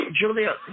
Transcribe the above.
Julia